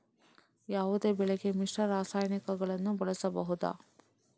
ಯಾವುದೇ ಬೆಳೆಗೆ ಮಿಶ್ರ ರಾಸಾಯನಿಕಗಳನ್ನು ಬಳಸಬಹುದಾ?